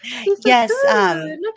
Yes